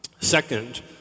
Second